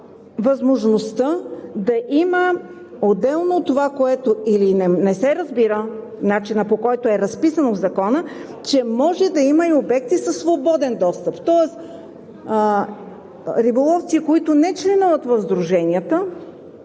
възможността отделно от това да има – или не се разбира начинът, по който е разписано в Закона, че може да има и обекти със свободен достъп, тоест риболовци, които не членуват в сдруженията,